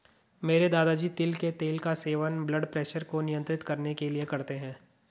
मेरे दादाजी तिल के तेल का सेवन ब्लड प्रेशर को नियंत्रित करने के लिए करते हैं